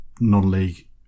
non-league